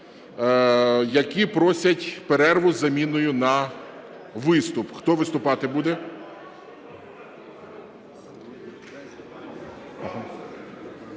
які просять перерву з заміною на виступ. Хто виступати буде?